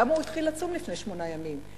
למה הוא התחיל לצום לפני שמונה ימים?